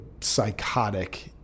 psychotic